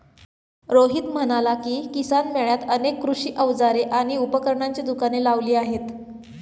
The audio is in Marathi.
रोहित म्हणाला की, किसान मेळ्यात अनेक कृषी अवजारे आणि उपकरणांची दुकाने लावली आहेत